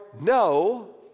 no